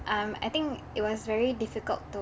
um I think it was very difficult to